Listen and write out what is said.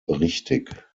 richtig